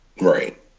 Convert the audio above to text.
Right